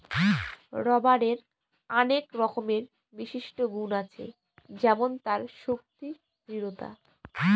রবারের আনেক রকমের বিশিষ্ট গুন আছে যেমন তার শক্তি, দৃঢ়তা